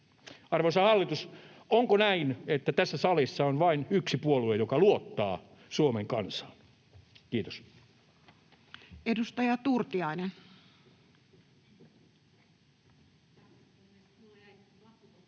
Arvoisa hallitus, onko näin, että tässä salissa on vain yksi puolue, joka luottaa Suomen kansaan? — Kiitos.